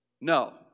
no